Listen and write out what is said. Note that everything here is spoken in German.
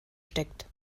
steckt